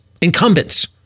incumbents